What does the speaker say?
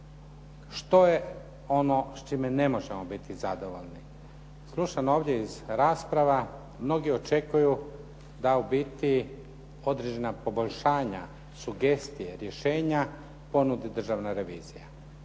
Što je ono s čime ne možemo biti zadovoljni? Slušam ovdje iz rasprava mnogi očekuju da u biti određena poboljšanja, sugestije, rješenja ponudi Državna revizija.